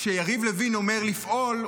כשיריב לוין אומר "לפעול",